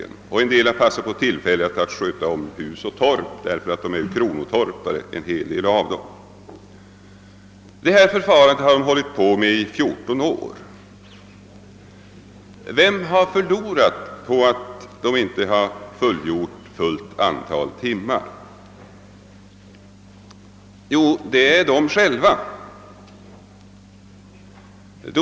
En del av dem har också passat på tillfället att se om hus och torp, eftersom de är kronotorpare. Detta förfarande har de hållit på med under 14 år. Vem har då förlorat på att skogsarbetarna inte har fullgjort stipulerat antal timmar? Jo, det har de själva förlorat på.